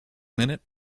minute